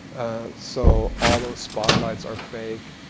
so, all those spotlights are fake.